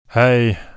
Hey